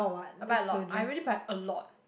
I buy a lot I really buy a lot